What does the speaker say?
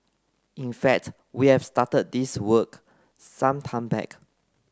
in fact we have started this work some time back